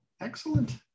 Excellent